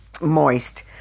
moist